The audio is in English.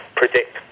predict